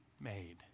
made